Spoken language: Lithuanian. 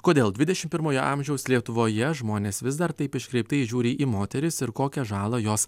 kodėl dvidešimt pirmojo amžiaus lietuvoje žmonės vis dar taip iškreiptai žiūri į moteris ir kokią žalą jos